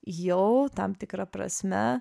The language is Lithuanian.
jau tam tikra prasme